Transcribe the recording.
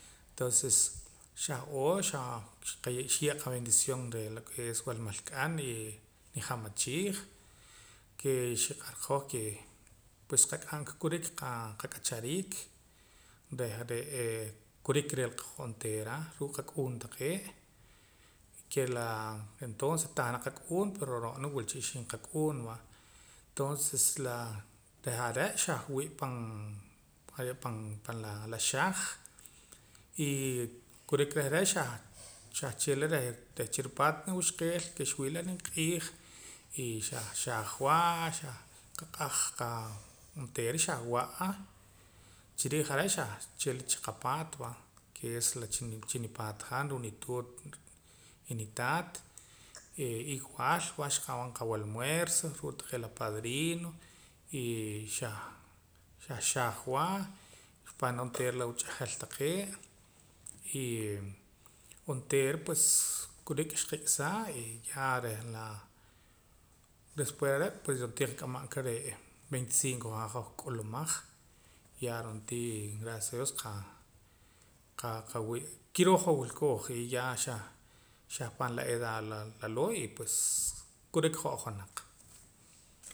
Entonces xahoo xah xkiye' qabendición lo ke es la welmehk'an nija'machiij ke xiq'or qahoj kee pues qak'am qa korik qak'achariik reh re'ee kurik rila qeh hoj onteera reh ruu' qak'uun taqee' y ke la entonces tah naq qak'uun pero ro'na wula cha ixib' qak'uun va entonces la reh are' xah wii pan ayo' pan la xaj y kurik reh are' xah chiila reh chiripaat nuwuxqeel ke xwii' la nimq'iij y xah xajwaa qaq'aj onteera xah wa'a chiriij are' xah chila chi qapaat ke es la chinipaat han ruu' nituut y nitaat iwaal xqab'an qawalmuerzo ruu' taqee' la padrino y xah xajwa xi'pana onteera la wach'ajal taqee' y onteera pues korik xqik'saa y ya reh la despues reh re' ro'na tii qak'aman ka re' 25 haab' reh hoj k'ulumaj ya ro'na tii gracias a dios qaqawii' kiroo hoj wilkooj y ya xah pana la edad laloo' y pues kurik hoj ojonaq